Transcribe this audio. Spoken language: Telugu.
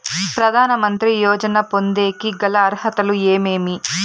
ప్రధాన మంత్రి యోజన పొందేకి గల అర్హతలు ఏమేమి?